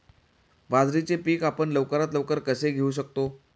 बाजरीचे पीक आपण लवकरात लवकर कसे घेऊ शकतो?